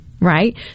Right